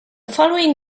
following